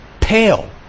Pale